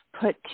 put